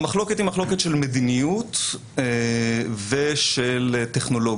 המחלוקת היא מחלוקת של מדיניות ושל טכנולוגיה,